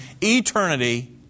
eternity